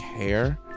care